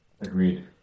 agreed